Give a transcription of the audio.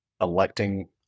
electing